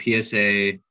PSA